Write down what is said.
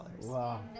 Wow